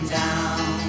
down